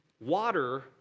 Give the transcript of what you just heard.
Water